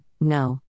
no